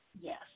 Yes